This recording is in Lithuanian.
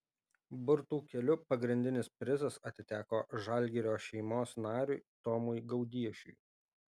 burtų keliu pagrindinis prizas atiteko žalgirio šeimos nariui tomui gaudiešiui